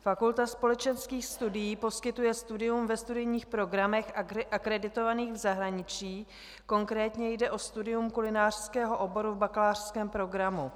Fakulta společenských studií poskytuje studium ve studijních programech akreditovaných v zahraničí, konkrétně jde o studium kulinářského oboru v bakalářském programu.